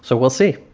so we'll see.